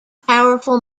powerful